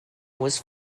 was